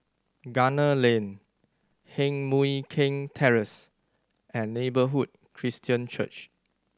Gunner Lane Heng Mui Keng Terrace and Neighbourhood Christian Church